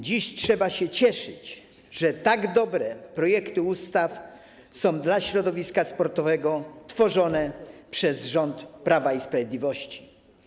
Dziś trzeba się cieszyć, że tak dobre projekty ustaw są dla środowiska sportowego tworzone przez rząd Prawa i Sprawiedliwości.